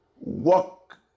walk